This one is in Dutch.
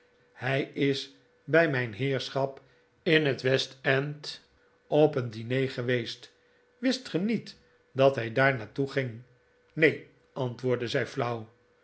hij is bij mijn heerschap in het west end op een diner geweest wist ge niet dat hij daar naar toe ging rr neen antwoordde zij flauw